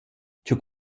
cha